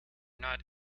not